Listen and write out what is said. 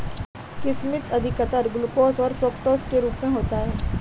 किशमिश अधिकतर ग्लूकोस और फ़्रूक्टोस के रूप में होता है